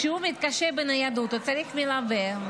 כשהוא מתקשה בניידות הוא צריך מלווה,